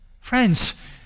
Friends